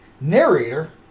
narrator